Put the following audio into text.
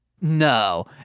No